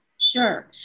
Sure